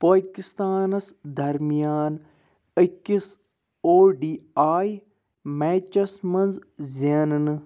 پٲکِستانَس درمیان أکِس O D I میچَس منٛز زیننہٕ